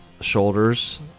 shoulders